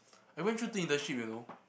I went through two internship you know